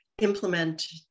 implement